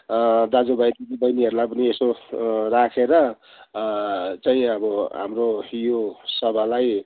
दाजुभाइ दिदीबहिनीहरूलाई पनि यसो राखेर चाहिँ अब हाम्रो यो सभालाई